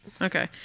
okay